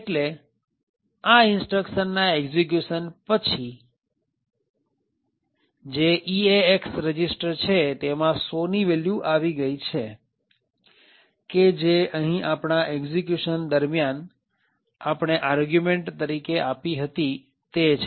એટલે આ instruction ના એક્ષિક્યુશન પછી જે EAX રજીસ્ટર છે તેમાં ૧૦૦ ની વેલ્યુ આવી ગઈ છે કે જે અહીં આપણા એક્ષિક્યુશન દરમિયાન આપણે અર્ગ્યુંમેન્ટ તરીકે આપી હતી તે છે